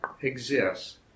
exists